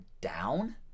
down